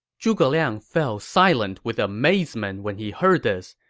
zhuge liang fell silent with amazement when he heard this,